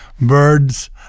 birds